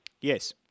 Yes